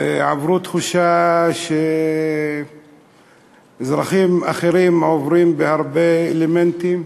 ועברו תחושה שאזרחים אחרים עוברים בהרבה אלמנטים.